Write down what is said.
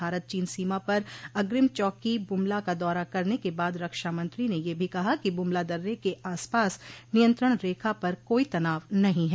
भारत चीन सीमा पर अग्रिम चौकी बुम ला का दौरा करने के बाद रक्षामंत्री ने यह भी कहा कि बुम ला दर्रे के आसपास नियंत्रण रेखा पर कोई तनाव नहीं है